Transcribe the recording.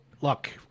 look